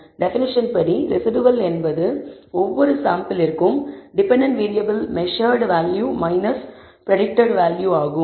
definition படி residual என்பது ஒவ்வொரு சாம்பிளிற்கும் டெபென்டென்ட் வேறியபிளின் மெஸர்ட் வேல்யூ பிரடிக்டட் வேல்யூ ஆகும்